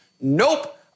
Nope